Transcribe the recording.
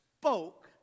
spoke